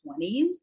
20s